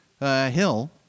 Hill